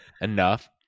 enough